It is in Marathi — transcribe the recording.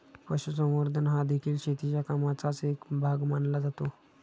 पशुसंवर्धन हादेखील शेतीच्या कामाचाच एक भाग मानला जातो